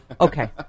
Okay